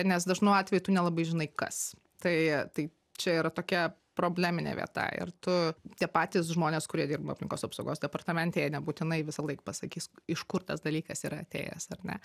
nes dažnu atveju tu nelabai žinai kas tai tai čia yra tokia probleminė vieta ir tu tie patys žmonės kurie dirba aplinkos apsaugos departamente jie nebūtinai visąlaik pasakys iš kur tas dalykas yra atėjęs ar ne